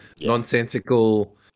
nonsensical